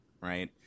right